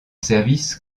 service